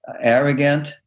arrogant